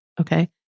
Okay